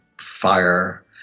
fire